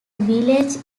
village